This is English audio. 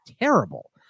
terrible